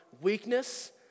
weakness